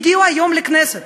הגיעו היום לכנסת,